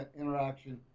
interaction